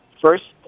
first